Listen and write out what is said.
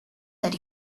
that